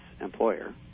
employer